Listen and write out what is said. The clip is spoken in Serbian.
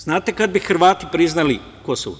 Znate kada bi Hrvati priznali Kosovo?